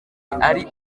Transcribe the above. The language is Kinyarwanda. ari